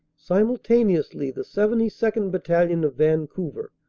simultaneously the seventy second. battalion, of vancouver,